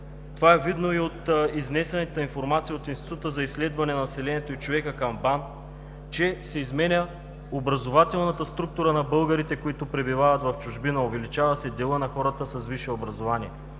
Това е видно и от изнесената информация от Института за изследване на населението и човека към Българската академия на науките, че се изменя образователната структура на българите, които пребивават в чужбина, увеличава се делът на хората с висше образование